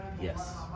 yes